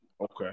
Okay